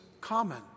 common